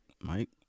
Mike